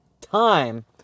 time